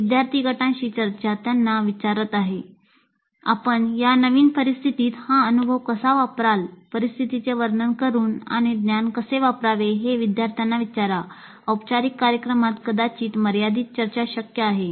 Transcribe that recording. विद्यार्थी गटांशी चर्चा त्यांना विचारत आहे आपण या नवीन परिस्थितीत हा अनुभव कसा वापराल परिस्थितीचे वर्णन करून आणि ज्ञान कसे वापरावे हे विद्यार्थ्यांना विचारा औपचारिक कार्यक्रमात कदाचित मर्यादित चर्चा शक्य आहे